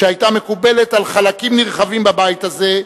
שהיתה מקובלת על חלקים נרחבים בבית הזה,